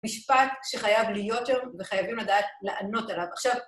משפט שחייב להיות יום וחייבים לדעת לענות עליו. עכשיו...